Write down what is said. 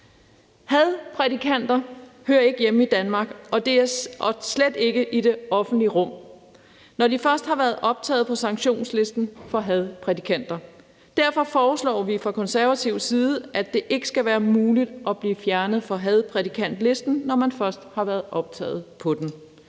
Hadprædikanter hører ikke hjemme i Danmark og slet ikke i det offentlige rum, når de først har været optaget på sanktionslisten for hadprædikanter. Derfor foreslår vi fra Konservatives side, at det ikke skal være muligt at blive fjernet fra hadprædikantlisten, når man først er blevet optaget på den.